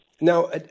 Now